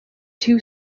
two